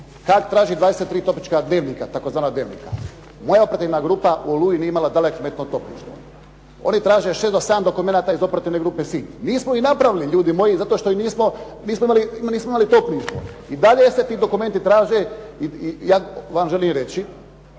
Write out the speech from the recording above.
Haag traži 23 topnička dnevnika, tzv. dnevnika. …/Govornik se ne razumije./… u "Oluji" nije imala dalekometno topništvo. Oni traže 6 do 7 dokumenata iz Operativne grupe Sinj. Nismo ih napravili ljudi moji zato što ih nismo, mi smio mali topništvo. I dalje se ti dokumenti traže i ja vam želim reći